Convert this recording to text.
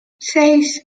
seis